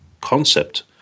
concept